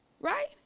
Right